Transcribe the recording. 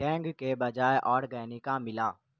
ٹینگ کے بجائے آرگینکا ملا